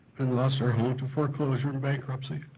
and lost our home to foreclosure and bankruptcy.